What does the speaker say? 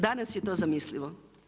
Danas je to zamislivo.